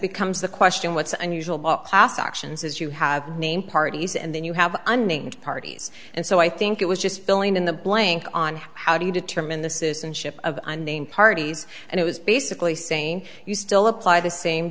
becomes the question what's unusual class actions as you have named parties and then you have unnamed parties and so i think it was just filling in the blank on how do you determine the citizenship of unnamed parties and it was basically saying you still apply the same